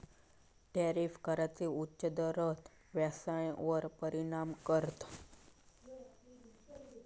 tariff कराचो उच्च दर व्यवसायावर परिणाम करता